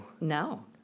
No